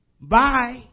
Bye